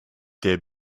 der